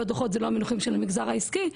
בדו"חות זה לא המינוחים של המגזר העסקי,